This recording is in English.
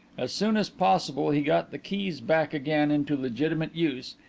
as soon as possible he got the keys back again into legitimate use,